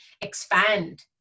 expand